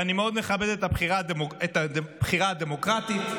ואני מכבד מאוד את הבחירה הדמוקרטית.